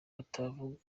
batavuga